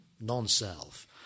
non-self